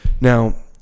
now